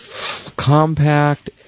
compact